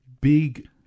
big